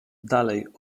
dalej